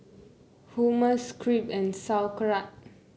Hummus Crepe and Sauerkraut